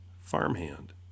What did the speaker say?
farmhand